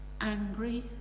angry